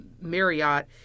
Marriott